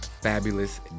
fabulous